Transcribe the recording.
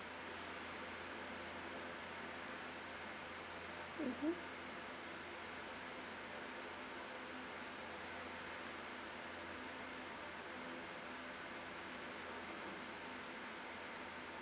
mmhmm